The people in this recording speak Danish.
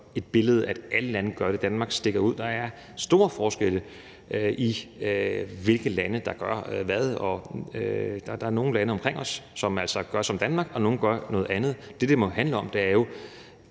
et billede af, at alle lande gør det og Danmark stikker ud. Der er store forskelle på, hvilke lande der gør hvad. Der er nogle lande omkring os, som altså gør som Danmark, og nogle gør noget andet. Det, det må handle om, er jo,